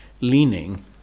leaning